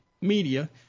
media